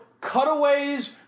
cutaways